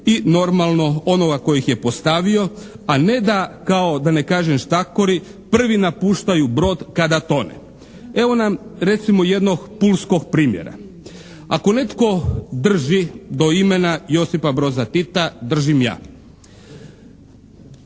i normalno onoga koji ih je postavio, a ne da kao da ne kažem štakori, prvi napuštaju brod kada tone. Evo nam recimo jednog pulskog primjera. Ako netko drži do imena Josipa Broza Tita, držim ja.